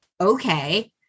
okay